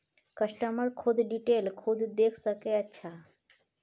customer खुद detail खुद देख सके अच्छा